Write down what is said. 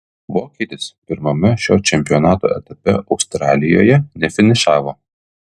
vokietis pirmame šio čempionato etape australijoje nefinišavo